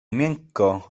miękko